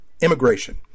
immigration